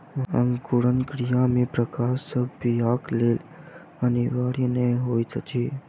अंकुरण क्रिया मे प्रकाश सभ बीयाक लेल अनिवार्य नै होइत अछि